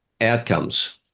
outcomes